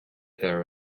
there